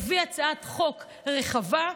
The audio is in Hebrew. שיביא הצעת חוק רחבה,